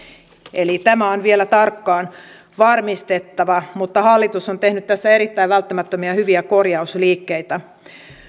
eli tämä on vielä tarkkaan varmistettava mutta hallitus on tehnyt tässä erittäin välttämättömiä ja hyviä korjausliikkeitä